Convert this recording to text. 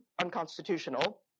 unconstitutional